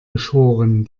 geschoren